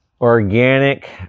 Organic